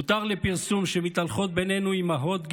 הותר לפרסום שמתהלכות בינינו אימהות גיבורות,